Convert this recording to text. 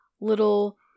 little